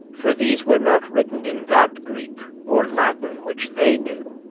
for these were not written in that greek or latin which they knew,